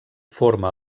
forma